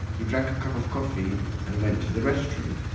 he drank a cup of coffee and went to the restroom.